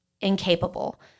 incapable